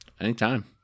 Anytime